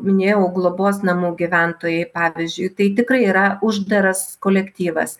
minėjau globos namų gyventojai pavyzdžiui tai tikrai yra uždaras kolektyvas